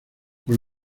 con